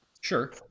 Sure